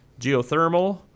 geothermal